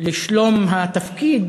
לשלום התפקיד